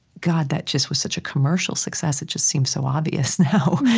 god, that just was such a commercial success, it just seems so obvious now,